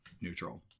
Neutral